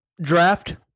draft